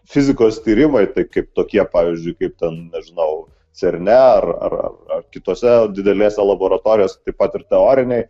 fizikos tyrimai tai kaip tokie pavyzdžiui kaip ten nežinau cerne ar kitose didelėse laboratorijose taip pat ir teoriniai